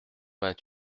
vingt